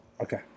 Okay